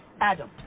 Adam